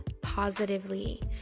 positively